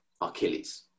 Achilles